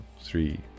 three